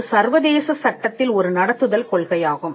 இது சர்வதேச சட்டத்தில் ஒரு நடத்துதல் கொள்கையாகும்